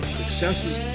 successes